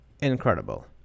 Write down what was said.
incredible